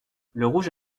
lerouge